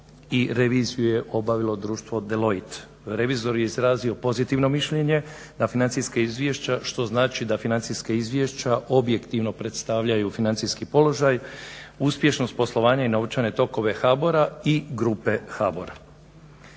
reviziju je obavilo društvo Deloit. Revizor je izrazio pozitivno mišljenje na financijska izvješća što znači da financijska izvješća objektivno predstavljaju financijski položaj, uspješnost poslovanja i novčane tokove HBOR-a i grupe HBOR-a.